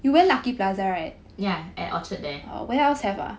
ya at orchard there